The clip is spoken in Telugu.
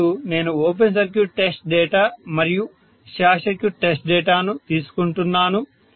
ఇప్పుడు నేను ఓపెన్ సర్క్యూట్ టెస్ట్ డేటా మరియు షార్ట్ సర్క్యూట్ టెస్ట్ డేటాను తీసుకుంటున్నాను